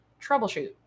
troubleshoot